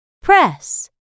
press